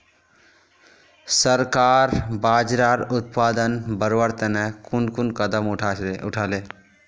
सरकार बाजरार उत्पादन बढ़वार तने कुन कुन कदम उठा ले